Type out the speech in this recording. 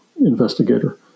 investigator